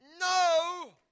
No